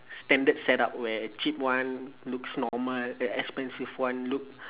standard setup where cheap one looks normal expensive one look